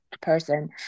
person